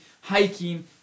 hiking